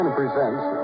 presents